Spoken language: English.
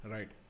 Right